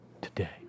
today